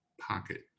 pocket